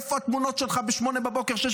איפה התמונות שלך ב-06:30,